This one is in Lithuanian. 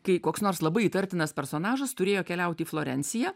kai koks nors labai įtartinas personažas turėjo keliaut į florenciją